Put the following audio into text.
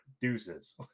deuces